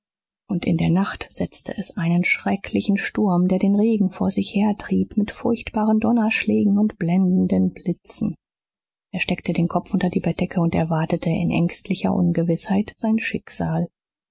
und in der nacht setzte es einen schrecklichen sturm der den regen vor sich hertrieb mit furchtbaren donnerschlägen und blendenden blitzen er steckte den kopf unter die bettdecke und erwartete in ängstlicher ungewißheit sein schicksal